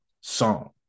song